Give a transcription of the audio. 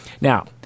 Now